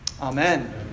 Amen